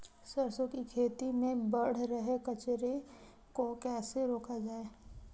सरसों की खेती में बढ़ रहे कचरे को कैसे रोका जाए?